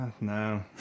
No